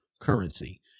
currency